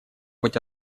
быть